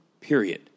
period